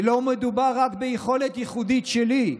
ולא מדובר רק ביכולת ייחודית שלי.